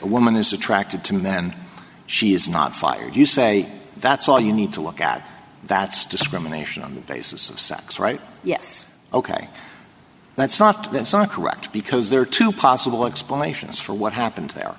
a woman is attracted to men she is not fired you say that's all you need to look at that's discrimination on the basis of sex right yes ok that's not that's not correct because there are two possible explanations for what happened there